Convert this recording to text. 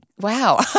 wow